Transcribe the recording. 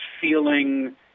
feeling